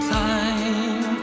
time